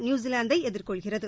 நியுசிலாந்தை எதிர்கொள்கிறது